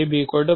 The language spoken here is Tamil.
இது